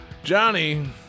Johnny